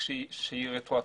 שהיא רטרואקטיבית.